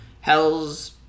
Hell's